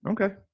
Okay